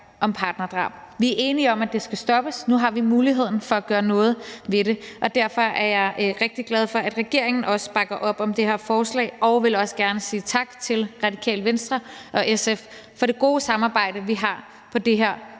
om partnerdrab. Vi er enige om, at det skal stoppes. Nu har vi muligheden for at gøre noget ved det, og derfor er jeg rigtig glad for, at regeringen også bakker op om det her forslag, og vil også gerne sige tak til Radikale Venstre og SF for det gode samarbejde, vi har på det her